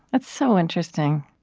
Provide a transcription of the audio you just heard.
that's so interesting.